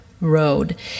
road